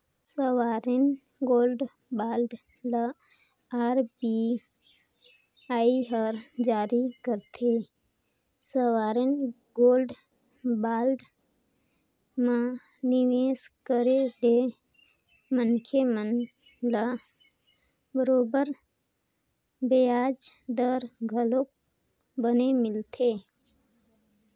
sovereign gold bond ल RBI हर जारी करथे, सॉवरेन गोल्ड बांड म निवेस करे ले मनखे मन ल बरोबर बियाज दर घलोक बने मिलथे